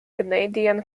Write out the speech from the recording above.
canadian